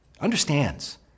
understands